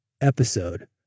episode